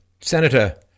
Senator